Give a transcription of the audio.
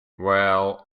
well